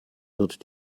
wird